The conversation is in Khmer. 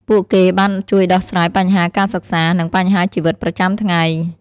ពួកគេបានជួយដោះស្រាយបញ្ហាការសិក្សា និងបញ្ហាជីវិតប្រចាំថ្ងៃ។